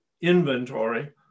inventory